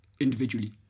individually